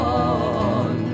on